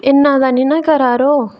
इन्ना ते निं ना करा करो